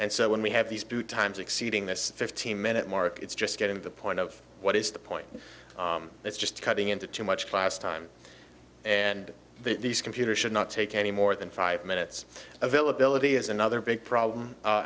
and so when we have these two times exceeding this fifteen minute mark it's just getting to the point of what is the point it's just cutting into too much class time and these computers should not take any more than five minutes availability is another big problem